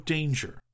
Danger